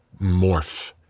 morph